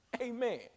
Amen